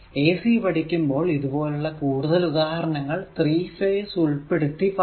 AC പഠിക്കുമ്പോൾ ഇത്പോലുള്ള കൂടുതൽ ഉദാഹരണങ്ങൾ 3 ഫേസ് ഉൾപ്പെടുത്തി പറയാം